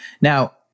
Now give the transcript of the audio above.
now